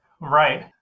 Right